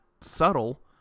subtle